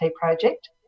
project